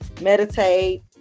meditate